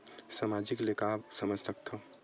सामाजिक ले का समझ थाव?